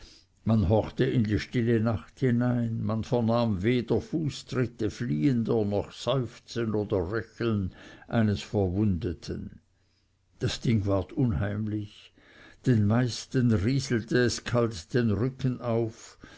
man horchte in die stille nacht hinein man vernahm weder fußtritte fliehender noch seufzen oder röcheln eines verwundeten das ding ward unheimlich den meisten rieselte es kalt den rücken auf